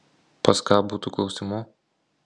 pas ką būtų klausimų